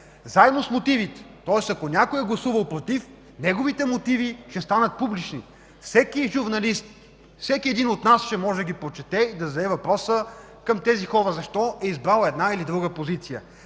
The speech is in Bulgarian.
Заедно с мотивите, тоест ако някой е гласувал „против”, неговите мотиви да станат публични. Всеки журналист или всеки един от нас ще може да ги прочете и да зададе въпрос към тези хора защо са избрали една или друга позиция.